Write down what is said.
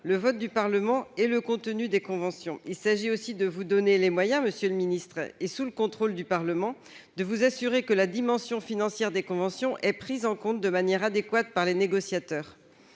le vote du Parlement et le contenu des conventions. Il s'agit aussi de vous donner les moyens, sous le contrôle du Parlement, de vous assurer que la dimension financière des conventions est prise en compte de manière adéquate par les négociateurs.